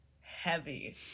heavy